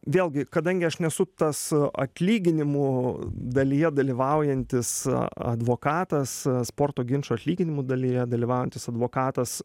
vėlgi kadangi aš nesu tas atlyginimų dalyje dalyvaujantis advokatas sporto ginčo atlyginimų dalyje dalyvaujantis advokatas